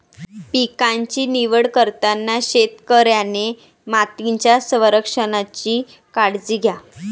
पिकांची निवड करताना शेतकऱ्याने मातीच्या संरक्षणाची काळजी घ्यावी